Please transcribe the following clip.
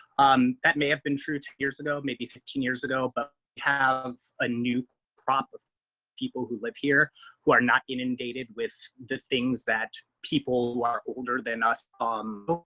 um, that may have been true. two years ago, maybe fifteen years ago but have a new crop of people who live here who are not inundated with the things that people are older than us. um